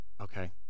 Okay